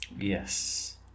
Yes